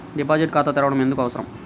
Deposit ఖాతా తెరవడం ఎందుకు అవసరం?